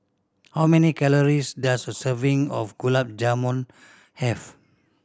how many calories does a serving of Gulab Jamun have